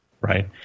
right